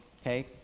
okay